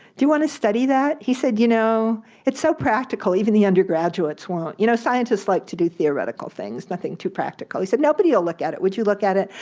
do want to study that? he said you know it's so practical, even the undergraduates won't you know scientists like to do theoretical things, nothing too practical. he said, nobody will look at it. would you look at it?